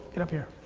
get up here.